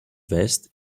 vest